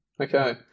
Okay